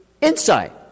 insight